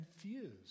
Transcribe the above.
confused